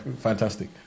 fantastic